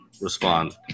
respond